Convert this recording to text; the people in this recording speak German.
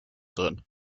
drin